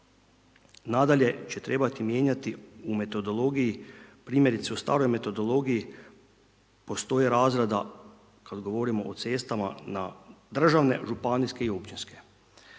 Nadalje će trebati mijenjati u metodologiji, primjerice u staroj metodologiji postoji razrada, kad govorimo o cestama na državne, županijske i općinske.